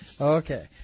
Okay